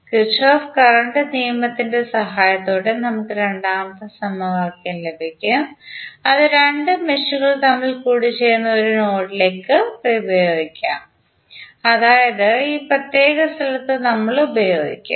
Kirchhoff current നിയമത്തിന്റെ സഹായത്തോടെ നമുക്ക് രണ്ടാമത്തെ സമവാക്യം ലഭിക്കും അത് രണ്ട് മെഷുകൾ തമ്മിൽ കൂടിച്ചേരുന്ന ഒരു നോഡിലേക്ക് പ്രയോഗിക്കും അതായത് ഈ പ്രത്യേക സ്ഥലത്തു നമ്മൾ ഉപയോഗിക്കും